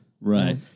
Right